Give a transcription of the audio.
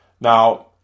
Now